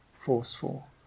forceful